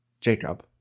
Jacob